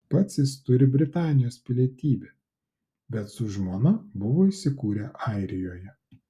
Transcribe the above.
pats jis turi britanijos pilietybę bet su žmona buvo įsikūrę airijoje